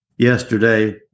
yesterday